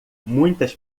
muitas